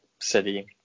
city